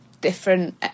different